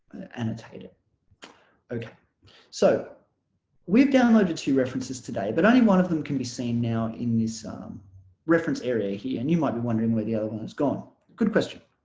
annotate it okay so we've downloaded two references today but only one of them can be seen now in this reference area here and you might be wondering where the other one has gone good question